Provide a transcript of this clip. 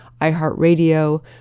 iHeartRadio